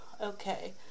Okay